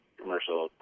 commercial